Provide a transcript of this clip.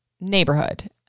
neighborhood